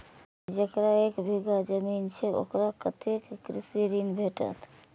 जकरा एक बिघा जमीन छै औकरा कतेक कृषि ऋण भेटत?